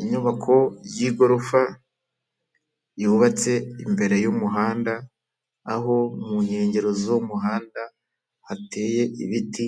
Inyubako y'igorofa yubatse imbere y'umuhanda aho mu nkengero z'umuhanda hateye ibiti